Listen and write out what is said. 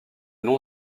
nom